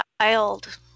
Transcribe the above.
child